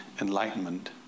enlightenment